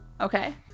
Okay